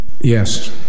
Yes